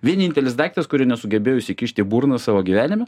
vienintelis daiktas kurio nesugebėjau įsikišt į burną savo gyvenime